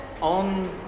On